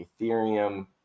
Ethereum